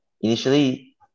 Initially